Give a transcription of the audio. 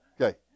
okay